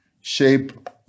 shape